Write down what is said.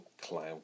Cloud